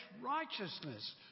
righteousness